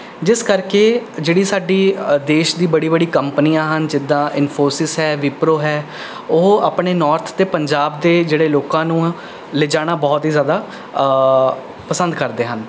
ਜਿਸ ਕਰਕੇ ਜਿਹੜੀ ਸਾਡੀ ਦੇਸ਼ ਦੀ ਬੜੀ ਬੜੀ ਕੰਪਨੀਆਂ ਹਨ ਜਿੱਦਾਂ ਇਨਫੋਸਿਸ ਹੈ ਵਿਪਰੋ ਹੈ ਉਹ ਆਪਣੇ ਨੌਰਥ ਅਤੇ ਪੰਜਾਬ ਦੇ ਜਿਹੜੇ ਲੋਕਾਂ ਨੂੰ ਲਿਜਾਣਾ ਬਹੁਤ ਹੀ ਜ਼ਿਆਦਾ ਪਸੰਦ ਕਰਦੇ ਹਨ